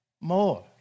more